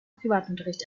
privatunterricht